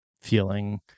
feeling